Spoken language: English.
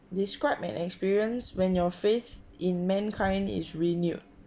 describe an experience when your faith in mankind is renewed